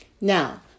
Now